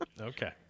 Okay